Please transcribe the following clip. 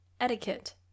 etiquette